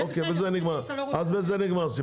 בזה נגמר הסיפור.